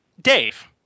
Dave